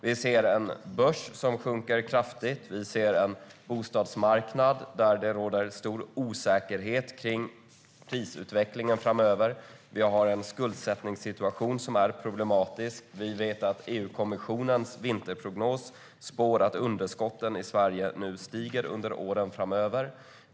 Vi ser en börs som sjunker kraftigt. Vi ser en bostadsmarknad där det råder stor osäkerhet kring prisutvecklingen framöver. Vi har en skuldsättningssituation som är problematisk. Vi vet att i EU-kommissionens vinterprognos spås det att underskotten i Sverige stiger under åren framöver.